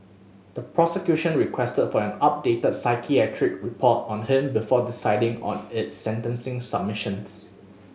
the prosecution requested for an updated psychiatric report on him before deciding on its sentencing submissions